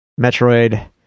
Metroid